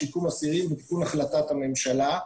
שיקום אסירים ותיקון החלטת הממשלה.